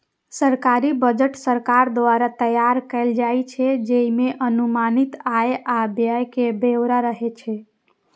सरकारी बजट सरकार द्वारा तैयार कैल जाइ छै, जइमे अनुमानित आय आ व्यय के ब्यौरा रहै छै